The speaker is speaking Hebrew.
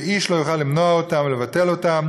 ואיש לא יוכל למנוע אותם או לבטל אותם,